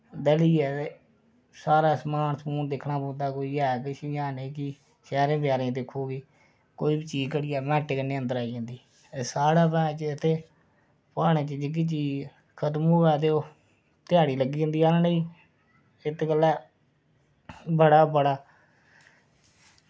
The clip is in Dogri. दलियै ते सारा समान दिक्खना पौंदा कि एह् किश की नेईं शैह्रें बजारें दिक्खी ओड़ी कोई बी चीज़ घटी जा ते मैंटें कन्नै अंदर आई जंदी ते साढ़े इत्थै प्हाड़ें च जेह्ड़ी चीज़ खत्म होऐ ते ध्याड़ी लग्गी जंदी आह्नने ई इत्त गल्लै बड़ा बड़ा